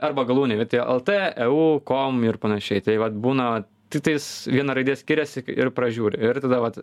arba galūnė vietoj lt eu kom ir panašiai tai vat būna tiktais viena raidė skiriasi ir pražiūri ir tada vat